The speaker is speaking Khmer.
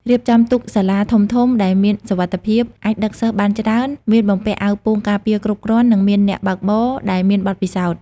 រៀបចំទូកសាលាធំៗដែលមានសុវត្ថិភាព អាចដឹកសិស្សបានច្រើន មានបំពាក់អាវពោងការពារគ្រប់គ្រាន់ និងមានអ្នកបើកបរដែលមានបទពិសោធន៍។